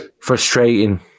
Frustrating